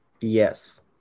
Yes